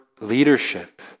leadership